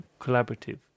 collaborative